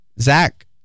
Zach